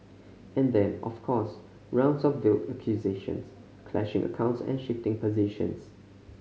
and then of course rounds of veiled accusations clashing accounts and shifting positions